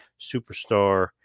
superstar